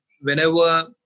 whenever